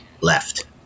left